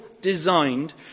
designed